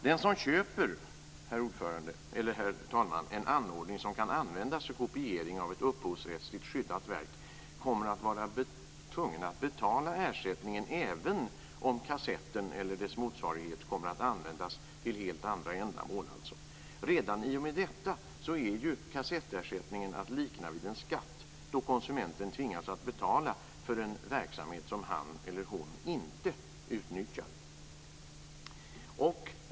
Den som köper, herr talman, en anordning som kan användas för kopiering av ett upphovsrättsligt skyddat verk kommer att vara tvungen att betala ersättningen även om kassetten eller dess motsvarighet kommer att användas till helt andra ändamål. Redan i och med detta är ju kassettersättningen att likna vid en skatt, då konsumenten tvingas att betala för en verksamhet som han eller hon inte utnyttjar.